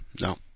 No